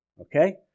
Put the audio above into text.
Okay